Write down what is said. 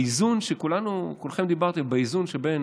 באיזון שכולכם דיברתם עליו בין